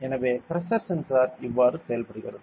எனவே pressure sensor இவ்வாறு செயல்படுகிறது